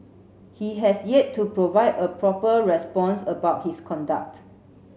he has yet to provide a proper response about his conduct